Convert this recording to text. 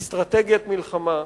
אסטרטגיית מלחמה,